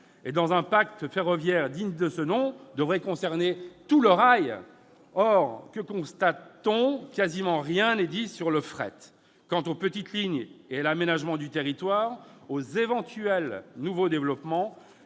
De plus, un pacte ferroviaire digne de ce nom devrait concerner tout le rail. Or que constate-t-on ? Quasiment rien n'est dit sur le fret. Quant aux petites lignes et à l'aménagement du territoire, aux éventuels nouveaux développements,